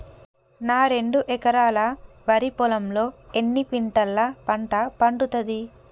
నా రెండు ఎకరాల వరి పొలంలో ఎన్ని క్వింటాలా పంట పండుతది?